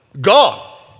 gone